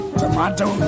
tomato